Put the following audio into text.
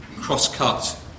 cross-cut